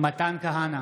מתן כהנא,